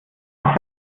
hat